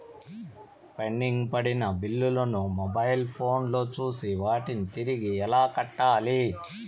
pending పడిన బిల్లులు ను మొబైల్ ఫోను లో చూసి వాటిని తిరిగి ఎలా కట్టాలి